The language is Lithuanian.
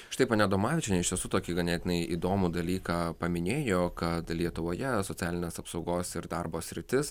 štai ponia adomavičienė iš tiesų tokį ganėtinai įdomų dalyką paminėjo kad lietuvoje socialinės apsaugos ir darbo sritis